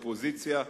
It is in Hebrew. אופוזיציה,